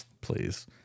please